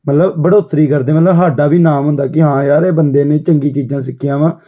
ਮਤਲਬ ਬੜੋਤਰੀ ਕਰਦੇ ਮਤਲਬ ਸਾਡਾ ਵੀ ਨਾਮ ਹੁੰਦਾ ਕਿ ਹਾਂ ਯਾਰ ਇਹ ਬੰਦੇ ਨੇ ਚੰਗੀ ਚੀਜ਼ਾਂ ਸਿੱਖੀਆਂ ਵਾਂ